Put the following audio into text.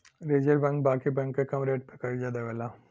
reserve bank बाकी bank के कम रेट पे करजा देवेला